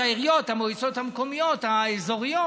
המקומיות, העיריות, המועצות המקומיות, האזוריות,